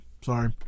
sorry